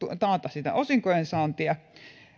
taata osinkojen saantia